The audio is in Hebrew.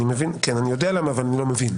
אני יודע למה אבל אני לא מבין.